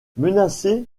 menacé